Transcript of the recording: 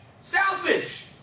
Selfish